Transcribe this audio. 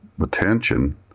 attention